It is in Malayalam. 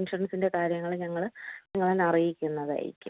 ഇൻഷുറൻസിൻ്റെ കാര്യങ്ങള് ഞങ്ങള് നിങ്ങളെ അറിയിക്കുന്നതായിരിക്കും